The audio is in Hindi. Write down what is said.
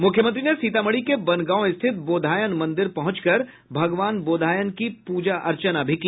मुख्यमंत्री ने सीतामढ़ी के बनगांव रिथत बोधायन मंदिर पहुंचकर भगवान बोधायन की पूजा अर्चना भी की